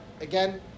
again